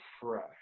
fresh